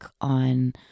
on